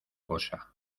cosa